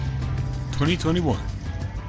2021